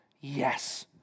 Yes